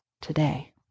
today